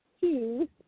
two